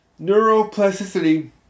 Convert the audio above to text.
Neuroplasticity